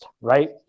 right